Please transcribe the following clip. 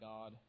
God